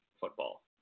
football